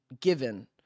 given